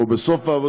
או בסוף העבודה,